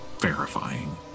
verifying